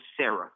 Sarah